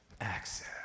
access